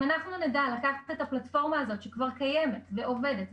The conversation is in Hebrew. אם אנחנו נדע לקחת את הפלטפורמה הזאת שכבר קיימת ועובדת,